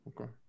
Okay